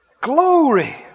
Glory